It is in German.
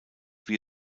wie